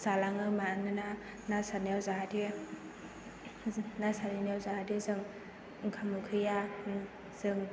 जालाङो मानोना ना सारनायाव जाहाथे जों ना सारनायाव जाहाथे जों ओंखाम उखैया जों